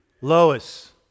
Lois